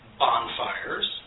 bonfires